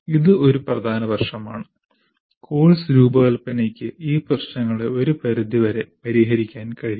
ഇത് ഒരു പ്രധാന പ്രശ്നമാണ് കോഴ്സ് രൂപകൽപ്പനയ്ക്ക് ഈ പ്രശ്നങ്ങളെ ഒരു പരിധി വരെ പരിഹരിക്കാൻ കഴിയും